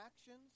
actions